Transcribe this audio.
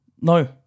No